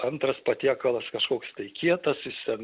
antras patiekalas kažkoks tai kietas jis ten